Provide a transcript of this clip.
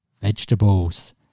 vegetables